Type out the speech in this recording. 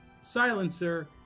silencer